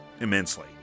immensely